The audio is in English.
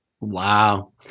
Wow